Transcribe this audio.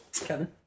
Kevin